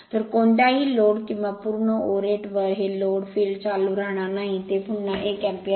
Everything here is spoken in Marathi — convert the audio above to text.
तर कोणत्याही लोड किंवा पूर्ण ओरेटवर हे लोड फील्ड चालू राहणार नाही ते पुन्हा 1 एम्पियर आहे